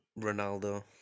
Ronaldo